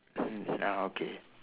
okay